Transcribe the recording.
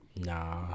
Nah